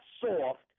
soft